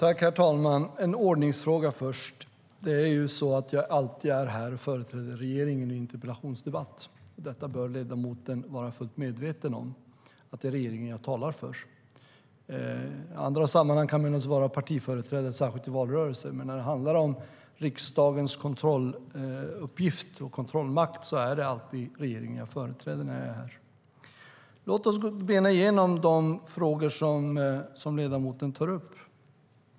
Herr talman! Låt mig ta upp en ordningsfråga först. Det är så att jag alltid när jag deltar i en interpellationsdebatt företräder regeringen. Ledamoten bör vara fullt medveten om att det är regeringen jag talar för. I andra sammanhang kan jag naturligtvis vara partiföreträdare, särskilt i valrörelsen, men när det handlar om riksdagens kontrolluppgift och kontrollmakt är det alltid regeringen jag företräder när jag är här. Låt oss bena upp de frågor som ledamoten tar upp.